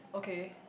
okay